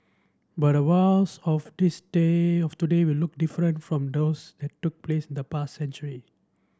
but the wars of this day of today will look different from those that took place in the past century